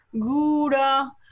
Gouda